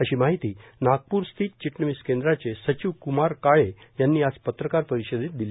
अशी माहिती नागप्रस्थित चिटणवीस केंद्राचे सचिव क्मार काळे यांनी आज पत्रकार परिषदेत दिली